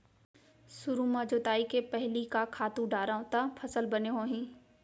सुरु म जोताई के पहिली का खातू डारव त फसल बने होही?